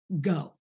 go